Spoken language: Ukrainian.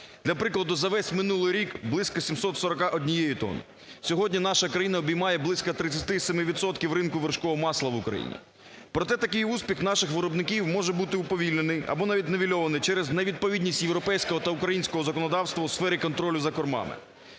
Для прикладу, за весь минулий рік – близько 741 тонни. Сьогодні наша країна обіймає близько 37 відсотків ринку вершкового масла в Україні. Проте, такий успіх наших виробників може бути уповільнений або навіть нівельований через невідповідність європейського та українського законодавства у сфері контролю за кормами.